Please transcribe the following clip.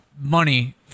money